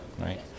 right